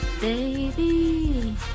baby